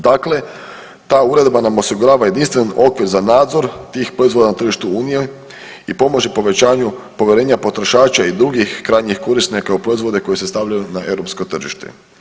Dakle, ta uredba nam osigurava jedinstven okvir za nadzor tih proizvoda na tržištu unije i pomaže povećanju povjerenja potrošača i drugih krajnjih korisnika u proizvode koji se stavljaju na europsko tržište.